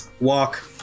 walk